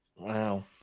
wow